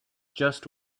just